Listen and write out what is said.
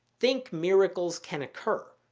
think miracles can occur.